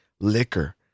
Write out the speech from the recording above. liquor